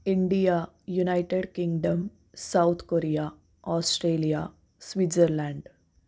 India United Kingdom South Korea Australia Switzerland